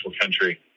country